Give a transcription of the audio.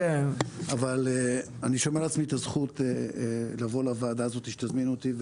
אבל אני שומר לעצמי את הזכות לבוא לוועדה הזאת כשתזמינו אותי.